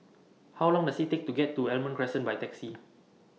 How Long Does IT Take to get to Almond Crescent By Taxi